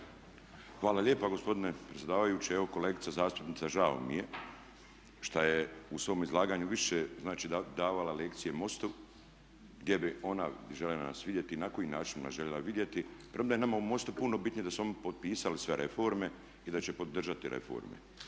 Hvala lijepa gospodine predsjedavajući. Evo kolegica zastupnica, žao mi je šta je u svom izlaganju više znači davala lekcije MOST-u gdje bi ona željela nas vidjeti na koji način bi nas željela vidjeti premda je nama u MOST-u puno bitnije da su oni potpisali sve reforme i da će podržati reforme.